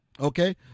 Okay